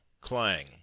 clang